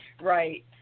Right